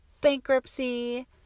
bankruptcy